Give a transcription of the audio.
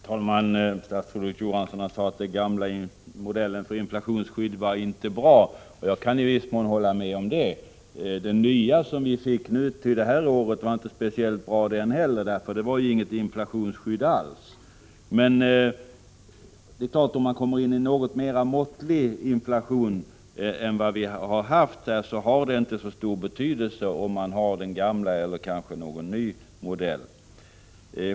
Herr talman! Statsrådet Johansson sade att den gamla modellen för inflationsskydd inte var bra, och jag kan i viss mån hålla med om det. Den nya, som vi fick till det här året, var inte speciellt bra den heller, för det var inget inflationsskydd alls. Men om vi kommer in i en något mera måttlig inflationstakt än vad vi har haft, har det inte så stor betydelse, om man har den gamla eller kanske någon ny modell.